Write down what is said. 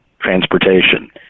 transportation